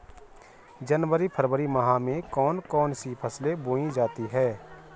जनवरी फरवरी माह में कौन कौन सी फसलें बोई जाती हैं?